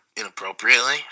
inappropriately